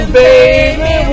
baby